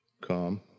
come